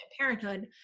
parenthood